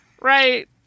right